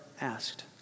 asked